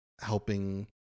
helping